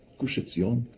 gush etzion,